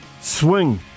Swing